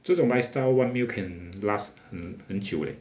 这种 lifestyle one mil can last 很很久 leh